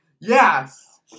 Yes